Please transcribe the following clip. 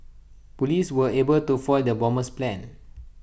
Police were able to foil the bomber's plan